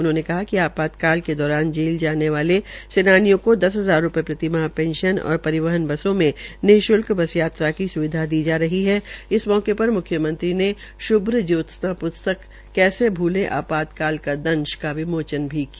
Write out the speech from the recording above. उन्होंने कहा कि आपातकाली के दौरान जेल जाने वाले सेनानियों को दस हजार प्रतिमाह पेंशन और परिवहनों बसों में निश्ल्क बस यात्रा की स्विधा दी जा रही है इस मौके पर म्ख्यमंत्री ने श्भ्रन्योत्सना प्स्तक कैसे भूले आपातकाल का अंश का विमोचन भी किया